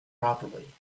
properly